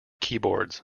keyboards